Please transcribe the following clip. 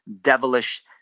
devilish